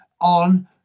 on